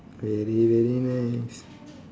very very nice